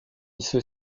ceux